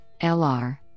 LR